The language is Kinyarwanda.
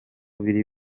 biri